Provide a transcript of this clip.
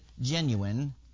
genuine